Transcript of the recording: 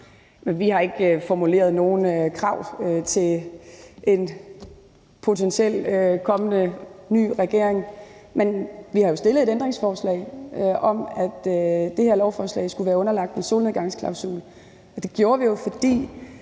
Vi har ikke formuleret nogen krav til en potentiel, kommende ny regering. Men vi har jo stillet et ændringsforslag om, at det her lovforslag skulle være underlagt en solnedgangsklausul, og det gjorde vi, fordi